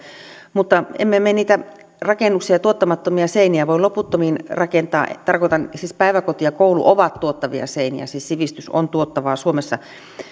mutta emme me niitä rakennuksia tuottamattomia seiniä voi loputtomiin rakentaa tarkoitan että siis päiväkoti ja koulu ovat tuottavia seiniä siis sivistys on tuottavaa suomessa